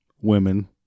women